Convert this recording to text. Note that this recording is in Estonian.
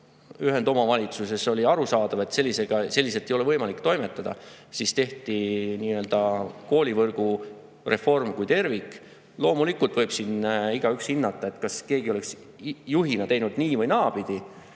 ühendomavalitsusele, oli arusaadav, et selliselt ei ole võimalik toimetada, siis tehti nii-öelda koolivõrgu terviklik reform. Loomulikult võib siin igaüks hinnata, kas keegi oleks juhina teinud nii‑ või naapidi,